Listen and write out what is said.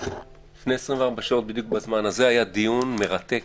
לפני 24 שעות בדיוק בזמן הזה היה דיון מרתק